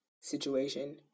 situation